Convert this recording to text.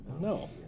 No